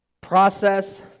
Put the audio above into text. process